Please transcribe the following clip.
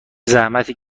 زحمتی